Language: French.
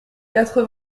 quatre